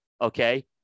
okay